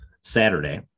Saturday